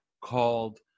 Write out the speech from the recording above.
called